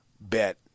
bet